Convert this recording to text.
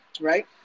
right